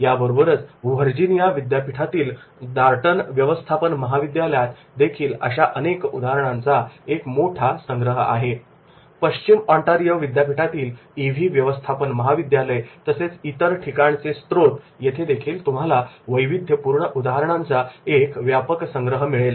याबरोबरच व्हर्जिनिया विद्यापीठातील डार्दन व्यवस्थापन महाविद्यालयात देखील अशा अनेक उदाहरणांचा एक मोठा संग्रह आहे पश्चिम ऑन्टारियो विद्यापीठातील ईव्ही व्यवस्थापन महाविद्यालय तसेच इतर अनेक ठिकाणचे स्त्रोत येथे देखील तुम्हाला वैविध्यपूर्ण उदाहरणांचा एक व्यापक संग्रह मिळेल